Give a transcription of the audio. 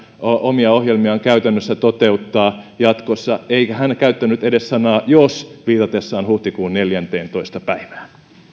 omia ohjelmiaan käytännössä toteuttaa jatkossa eikä hän käyttänyt edes sanaa jos viitatessaan huhtikuun neljänteentoista päivään